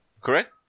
Correct